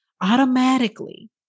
automatically